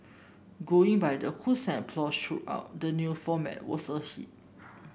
going by the hoots and applause throughout the new format was a hit